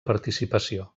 participació